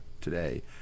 today